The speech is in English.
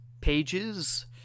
pages